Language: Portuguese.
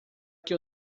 que